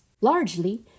Largely